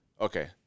okay